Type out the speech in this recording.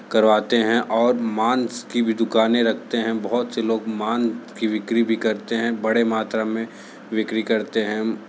करवाते हैं और मांस की भी दुकानें रखते हैं बहुत से लोग मांस की बिक्री भी करते है बड़े मात्रा में बिक्री करते हैं